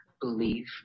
believe